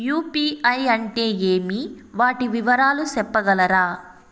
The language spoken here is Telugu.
యు.పి.ఐ అంటే ఏమి? వాటి వివరాలు సెప్పగలరా?